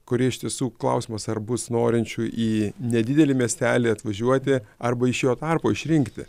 kuri iš tiesų klausimas ar bus norinčių į nedidelį miestelį atvažiuoti arba iš jo tarpo išrinkti